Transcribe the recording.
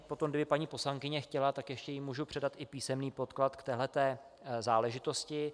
Potom kdyby paní poslankyně chtěla, tak ještě jí můžu předat i písemný podklad k téhle záležitosti.